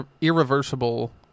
irreversible